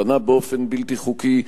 בנה באופן בלתי חוקי,